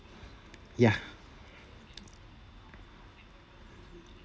ya